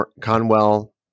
Conwell